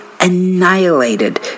annihilated